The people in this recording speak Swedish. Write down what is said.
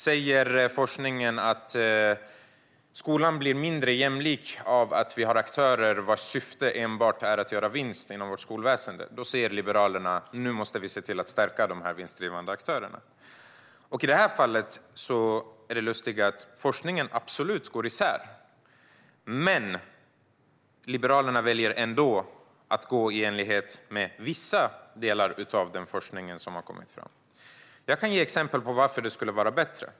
Om forskningen säger att skolan blir mindre jämlik av att vi har aktörer vars syfte enbart är att göra vinst inom skolväsendet säger Liberalerna: Nu måste vi se till att stärka de vinstdrivande aktörerna. I detta fall går forskningen lustigt nog isär, men Liberalerna väljer ändå att gå efter vissa delar av den forskning som har kommit fram. Jag kan ge exempel på varför det skulle vara bättre.